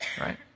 right